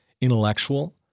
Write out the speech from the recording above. intellectual